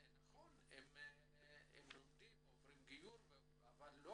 נכון, הם לומדים, עוברים גיור אבל לא